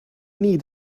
need